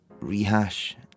rehash